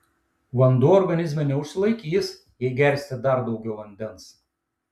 vanduo organizme neužsilaikys jei gersite dar daugiau vandens